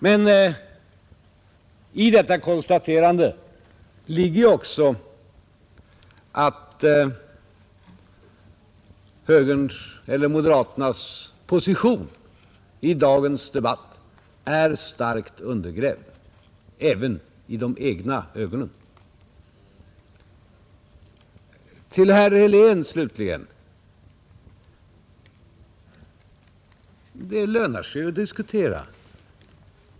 Men i detta konstaterande ligger ju att moderaternas position i dagens debatt är starkt undergrävd även i de egna ögonen. Till herr Helén slutligen: det lönar sig att diskutera.